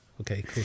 okay